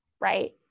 right